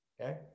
okay